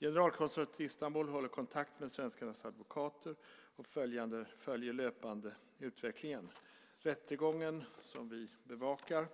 Generalkonsulatet i Istanbul håller kontakt med svenskarnas advokater och följer löpande utvecklingen. Rättegången, som vi bevakar,